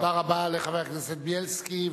תודה רבה לחבר הכנסת בילסקי.